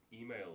email